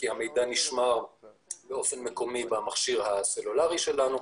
המידע נשמר באופן מקומי במכשיר הסלולרי שלנו,